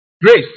Grace